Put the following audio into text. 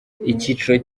icyiciro